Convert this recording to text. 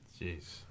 Jeez